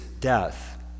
death